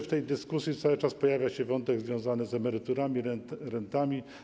W tej dyskusji cały czas pojawia się też wątek związany z emeryturami, rentami.